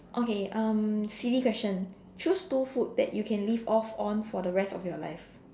okay um silly question choose two food that you can live off on for the rest of your life